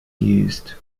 used